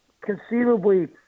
conceivably